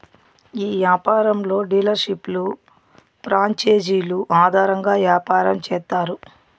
ఈ యాపారంలో డీలర్షిప్లు ప్రాంచేజీలు ఆధారంగా యాపారం చేత్తారు